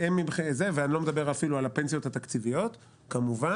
ואני לא מדבר אפילו על הפנסיות התקציביות כמובן.